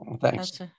Thanks